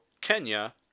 Kenya